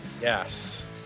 Yes